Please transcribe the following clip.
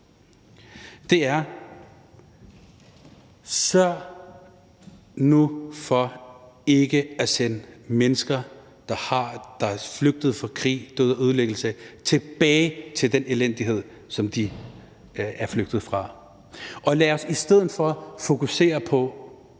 er: Sørg nu for ikke at sende mennesker, der er flygtet fra krig, død og ødelæggelse, tilbage til den elendighed, som de er flygtet fra. Når man er flygtning, er det